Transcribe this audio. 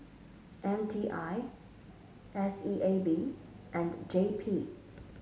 M T I S E A B and J P